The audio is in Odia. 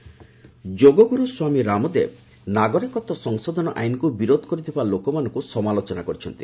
ରାମଦେବ ସିଏଏ ଯୋଗଗୁରୁ ସ୍ୱାମୀ ରାମଦେବ ନାଗରିକତ୍ୱ ସଂଶୋଧନ ଆଇନକୁ ବିରୋଧ କରୁଥିବା ଲୋକମାନଙ୍କୁ ସମାଲୋଚନା କରିଛନ୍ତି